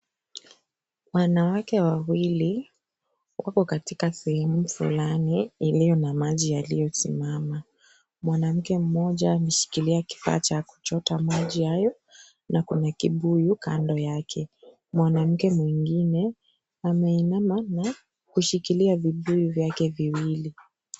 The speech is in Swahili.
Wanawake wawili, wako katika sehemu fulani iliyo na maji yaliyosimama. Mwanamke mmoja ameshikilia kifaa cha kuchota maji hayo na kuna kibuyu kando yake. Mwanamke mwingine, ameinama na kushikilia vibuyu vyake viwili.